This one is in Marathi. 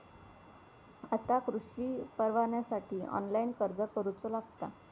आता कृषीपरवान्यासाठी ऑनलाइन अर्ज करूचो लागता